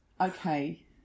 okay